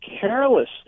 careless